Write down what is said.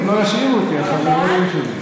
לא ישאירו אותי, החברים שלי.